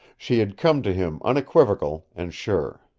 she had come to him unequivocal and sure.